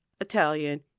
italian